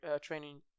training